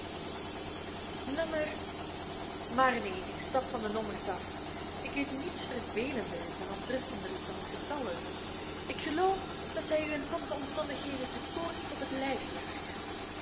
maar neen ik stap van de nommers af ik weet niets vervelenders en ontrustenders dan getallen ik geloof dat zij u in sommige omstandigheden de koorts op het lijf jagen